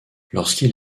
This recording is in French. lorsqu’il